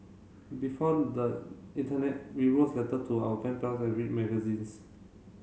before the internet we wrote letter to our pen pals and read magazines